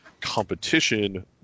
competition